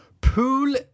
Pool